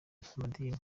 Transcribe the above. abanyamadini